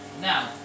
now